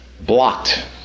blocked